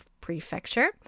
Prefecture